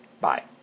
Bye